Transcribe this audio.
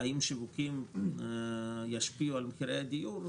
האם שיווקים ישפיעו על מחירי הדיור.